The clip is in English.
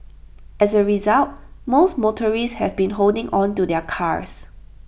as A result most motorists have been holding on to their cars